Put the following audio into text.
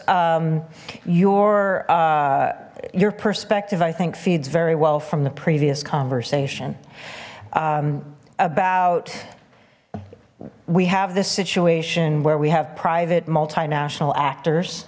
because your your perspective i think feeds very well from the previous conversation about we have this situation where we have private multinational actors